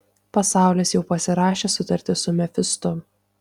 pasaulis jau pasirašė sutartį su mefistu